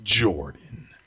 Jordan